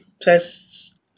tests